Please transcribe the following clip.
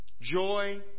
joy